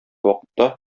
вакытта